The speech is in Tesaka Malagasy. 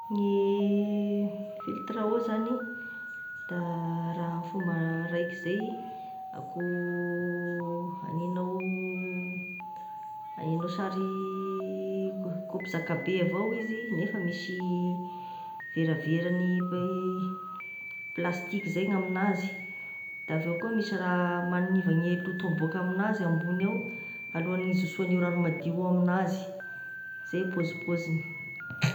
Gne filtre à eau zany, da raha fomba raiky zay akoa haninao sary kaopikaopy zakabe avao izy nefa misy veravera gny plastiky zay gn'aminazy, da avy eo koa misy raha manivagne loto miboaka aminazy ambony ao alohany hizosoagne rano madio aminazy, zay pôzipôzigny.